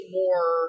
more